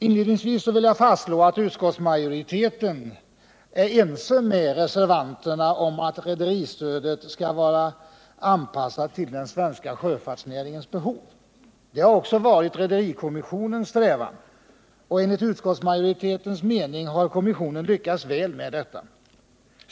| Inledningsvis vill jag fastslå, att utskottsmajoriteten är ense med reservanterna om att rederistödet skall vara anpassat till den svenska sjöfartsnäringens behov. Det har också varit rederikommissonens strävan, och enligt utskottsmajoritetens mening har kommissionen lyckats väl med detta.